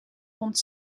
rond